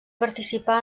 participà